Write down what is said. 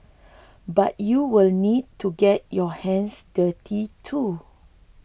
but you will need to get your hands dirty too